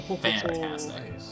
Fantastic